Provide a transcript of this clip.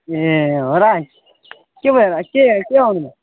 ए हो र के भयो क के के आउनुभयो